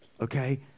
Okay